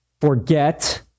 forget